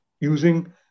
using